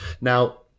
Now